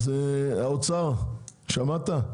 אז האוצר, שמעת?